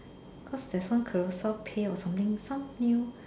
cause there's one Carousell pay or something some new